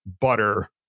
butter